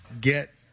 get